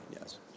yes